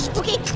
okay,